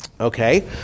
Okay